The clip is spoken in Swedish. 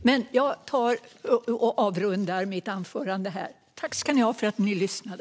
Jag avrundar mitt anförande med detta. Tack ska ni ha för att ni lyssnade!